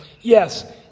yes